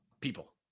people